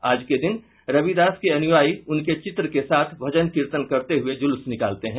आज के दिन रविदास के अनुयायी उनके चित्र के साथ भजन कीर्तन करते हुए जुलूस निकालते हैं